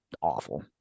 awful